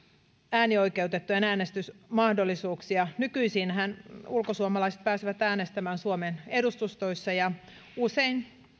äänioikeutettujen äänestysmahdollisuuksia nykyisinhän ulkosuomalaiset pääsevät äänestämään suomen edustustoissa ja usein